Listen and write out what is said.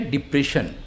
Depression